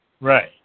Right